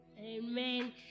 Amen